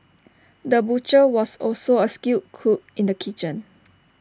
the butcher was also A skilled cook in the kitchen